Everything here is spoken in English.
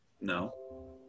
No